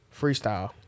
Freestyle